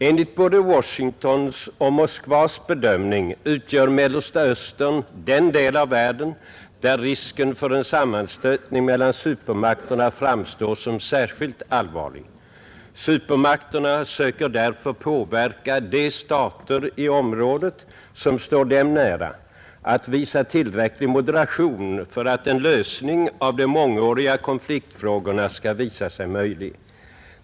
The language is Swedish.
Enligt både Washingtons och Moskvas bedömning utgör Mellersta Östern den del av världen, där risken för en sammanstötning mellan supermakterna framstår som särskilt allvarlig. Supermakterna söker därför påverka de stater i området, som står dem nära, att visa tillräcklig moderation för att en lösning av de mångåriga konfliktfrågorna skall visa sig möjlig.